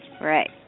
Right